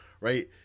right